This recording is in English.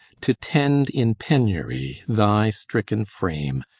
to tend in penury thy stricken frame,